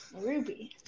Ruby